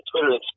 Twitter